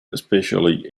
especially